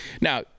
Now